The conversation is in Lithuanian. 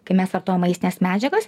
kai mes vartojam maistines medžiagas